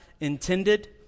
intended